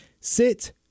sit